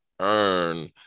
earn